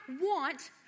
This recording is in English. want